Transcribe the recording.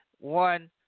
One